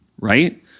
right